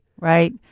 Right